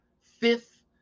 fifth